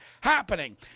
happening